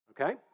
okay